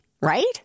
right